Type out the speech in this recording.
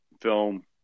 film